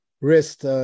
wrist